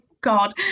god